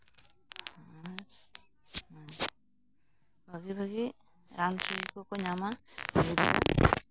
ᱟᱨ ᱵᱷᱟᱹᱜᱤᱼᱵᱷᱟᱹᱜᱤ ᱨᱟᱱ ᱥᱩᱭ ᱠᱚᱠᱚ ᱧᱟᱢᱟ